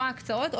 או ההקצאות,